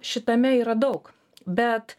šitame yra daug bet